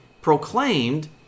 proclaimed